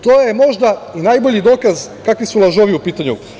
To je, možda, i najbolji dokaz kakvi su lažovi u pitanju.